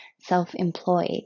self-employed